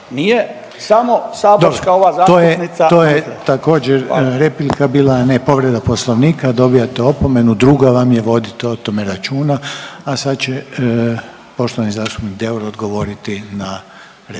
(HDZ)** Dobro, to je, to je također replika bila, a ne povreda poslovnika, dobijate opomenu, druga vam je, vodite o tome računa, a sad će poštovani zastupnik Deur odgovoriti na repliku.